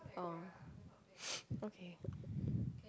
oh okay